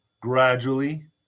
gradually